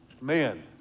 man